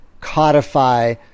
codify